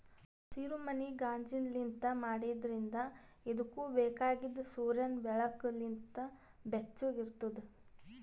ಹಸಿರುಮನಿ ಕಾಜಿನ್ಲಿಂತ್ ಮಾಡಿದ್ರಿಂದ್ ಇದುಕ್ ಬೇಕಾಗಿದ್ ಸೂರ್ಯನ್ ಬೆಳಕು ಲಿಂತ್ ಬೆಚ್ಚುಗ್ ಇರ್ತುದ್